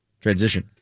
Transition